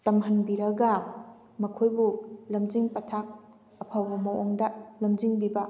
ꯇꯝꯍꯟꯕꯤꯔꯒ ꯃꯈꯣꯏꯕꯨ ꯂꯝꯖꯤꯡ ꯄꯊꯥꯞ ꯑꯐꯕ ꯃꯑꯣꯡꯗ ꯂꯝꯖꯤꯡꯕꯤꯕ